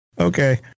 okay